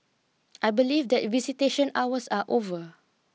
I believe that visitation hours are over